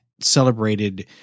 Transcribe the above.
celebrated